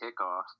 kickoff